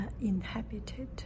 inhabited